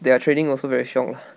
their training also very 凶 ah